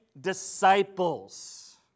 disciples